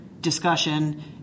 discussion